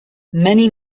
many